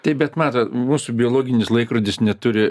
taip bet matot mūsų biologinis laikrodis neturi